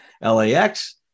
LAX